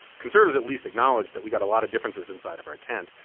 conservatives at least acknowledge that we got a lot of differences inside of our tent.